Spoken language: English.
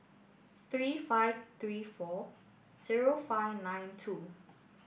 three five three four zero five nine two